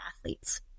athletes